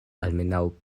almenaŭ